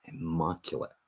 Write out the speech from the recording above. immaculate